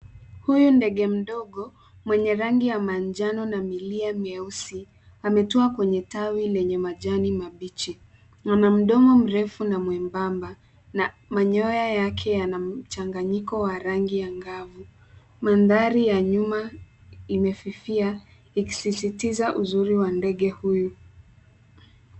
Huyu ndege mdogo mwenye rangi ya manjano na milia meusi ametua kwenye tawi lenye majani mabichi. Ana mdomo mrefu na mwembamba na manyoya yake yana mchanganyiko wa rangi angavu. Mandhari ya nyuma imefifia ikisisitiza uzuri wa ndege huyu.